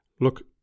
look